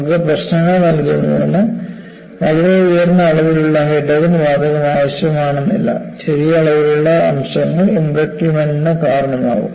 നമുക്ക് പ്രശ്നങ്ങൾ നൽകുന്നതിന് വളരെ ഉയർന്ന അളവിലുള്ള ഹൈഡ്രജൻ വാതകം ആവശ്യമാണെന്നില്ലചെറിയ അളവിലുള്ള അംശങ്ങൾ എംബ്രിറ്റ്മെന്റ്നു കാരണമാകും